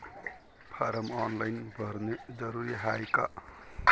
Form online भरने जरुरीचे हाय का?